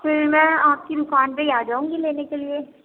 پھر میں آپ کی دُکان پہ ہی آ جاؤں گی لینے کے لیے